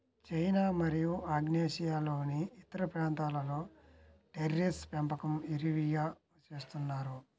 China మరియు ఆగ్నేయాసియాలోని ఇతర ప్రాంతాలలో టెర్రేస్ పెంపకం విరివిగా చేస్తున్నారు